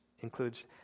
includes